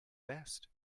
vest